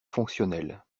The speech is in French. fonctionnel